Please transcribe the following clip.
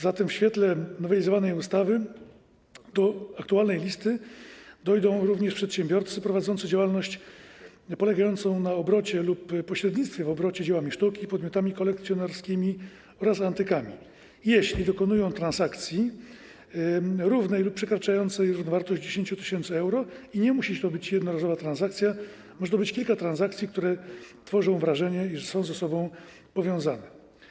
Zatem w świetle nowelizowanej ustawy do aktualnej listy dojdą również przedsiębiorcy prowadzący działalność polegającą na obrocie lub pośrednictwie w obrocie dziełami sztuki, podmiotami kolekcjonerskimi oraz antykami, jeśli dokonują transakcji równej lub przekraczającej równowartość 10 tys. euro, i nie musi to być jednorazowa transakcja, może to być kilka transakcji, które tworzą wrażenie, iż są ze sobą powiązane.